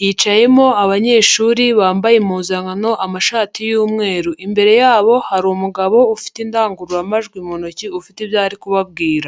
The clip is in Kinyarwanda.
hicayemo abanyeshuri bambaye impuzankano amashati y'umweru, imbere yabo hari umugabo ufite indangururamajwi mu ntoki ufite ibyo ari kubabwira.